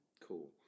Cool